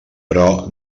però